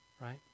Right